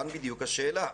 כאן בדיוק השאלה.